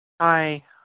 Hi